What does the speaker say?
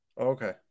Okay